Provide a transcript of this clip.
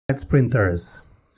sprinters